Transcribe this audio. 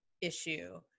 issue